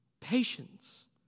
Patience